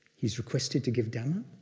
he's requested to give dhamma.